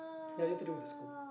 yeah need to do with the school